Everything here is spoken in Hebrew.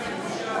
גברתי היושבת-ראש,